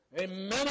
Amen